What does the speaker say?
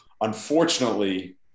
unfortunately